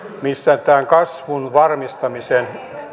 missä tämän kasvun varmistamisen